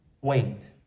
Wait